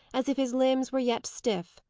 as if his limbs were yet stiff,